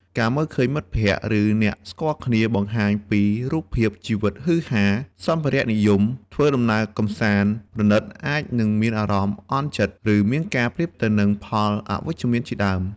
ការឃើញមិត្តភក្តិ ឬអ្នកស្គាល់គ្នាបង្ហាញពីរូបភាពជីវិតហ៊ឺហា សម្ភារៈនិយម ឬដំណើរកម្សាន្តប្រណីតអាចនិងមានអារម្មណ៍អន់ចិត្តឬមានការប្រៀបទៅផលអវីជ្ជមានជាដើម។